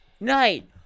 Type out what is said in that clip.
Night